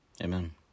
Amen